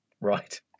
Right